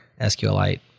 SQLite